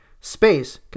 space